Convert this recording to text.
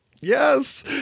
Yes